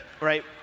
right